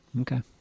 Okay